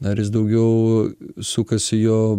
ar jis daugiau sukasi jo